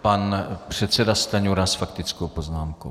Pan předseda Stanjura s faktickou poznámkou.